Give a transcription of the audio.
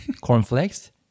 cornflakes